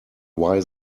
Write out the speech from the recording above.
why